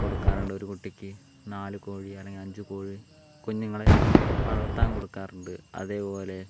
കൊടുക്കാറുണ്ട് ഒരു കുട്ടിക്ക് നാല് കോഴി അല്ലെങ്കിൽ അഞ്ച് കോഴി കുഞ്ഞുങ്ങളെ വളർത്താൻ കൊടുക്കാറുണ്ട് അതേപോലെ